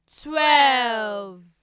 twelve